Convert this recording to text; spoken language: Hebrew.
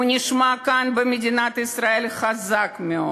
הוא נשמע כאן במדינת ישראל חזק מאוד,